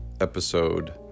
episode